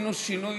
עשינו שינוי